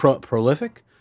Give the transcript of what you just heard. prolific